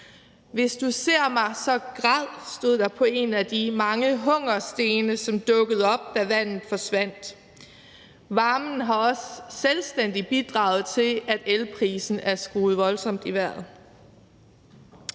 Hvis du ser mig, så græd, stod der på en af de mange hungerstene, som dukkede op, da vandet forsvandt. Varmen har også selvstændigt bidraget til, at elprisen er skruet voldsomt i vejret.